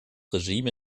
regime